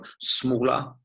smaller